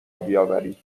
بیاورید